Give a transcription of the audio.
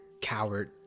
coward